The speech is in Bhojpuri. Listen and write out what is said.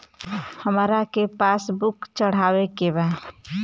हमरा के पास बुक चढ़ावे के बा?